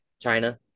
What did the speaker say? China